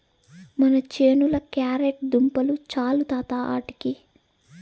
మన చేనుల క్యారెట్ దుంపలు చాలు తాత ఆటికి